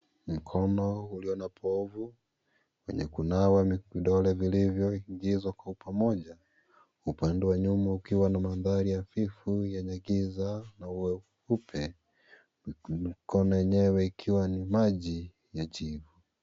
Mkono ulio na bofu kwenye kunawa vidole vilivyoingizwa kwa pamoja. Upande wa nyuma ukiwa na maandhari ya vitu yenye giza na weupe. Mikono yenyewe ikiwa ni maji ya jivu.